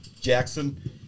Jackson